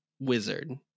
wizard